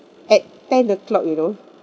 at ten o'clock you know